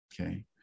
okay